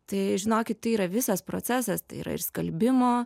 tai žinokit tai yra visas procesas tai yra ir skalbimo